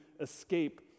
escape